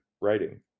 writing